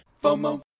FOMO